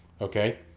Okay